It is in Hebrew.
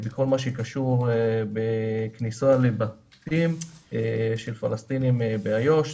בכל מה שקשור בכניסה לבתים של פלסטינים באיו"ש.